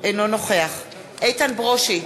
אינו נוכח איתן ברושי,